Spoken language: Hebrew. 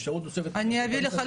אפשרות נוספת --- אני אביא לך,